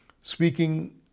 speaking